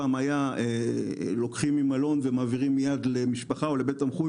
פעם היו לוקחים ממלון ומעבירים מייד למשפחה או לבית תמחוי,